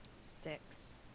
Six